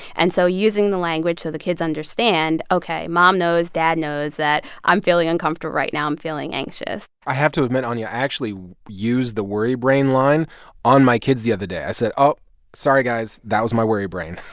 and so using the language so the kids understand ok, mom knows, dad knows, that i'm feeling uncomfortable right now, i'm feeling anxious i have to admit, anya, i actually used the worry-brain line on my kids the other day. i said, sorry, guys, that was my worry brain.